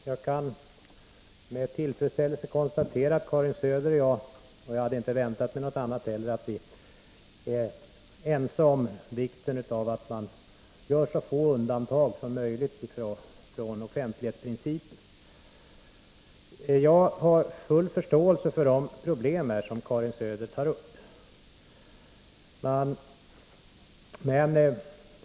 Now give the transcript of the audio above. Herr talman! Jag kan med tillfredsställelse konstatera att Karin Söder och jag - jag hade inte heller väntat mig något annat — är ense om vikten av att man gör så få undantag som möjligt från offentlighetsprincipen. Jag har full förståelse för de problem som Karin Söder tar upp.